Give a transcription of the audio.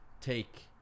take